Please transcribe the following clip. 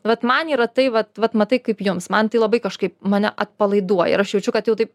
vat man yra tai vat vat matai kaip jums man tai labai kažkaip mane atpalaiduoja ir aš jaučiu kad jau taip